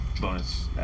bonus